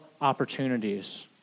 opportunities